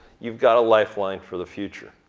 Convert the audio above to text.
you've got a life line for the future.